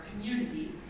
community